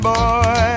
Boy